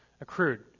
accrued